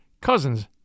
cousins